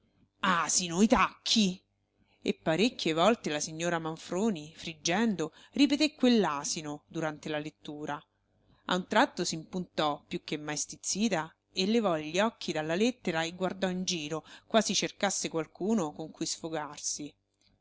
alti asino i tacchi e parecchie volte la signora manfroni friggendo ripeté quell'asino durante la lettura a un tratto s'impuntò più che mai stizzita e levò gli occhi dalla lettera e guardò in giro quasi cercasse qualcuno con cui sfogarsi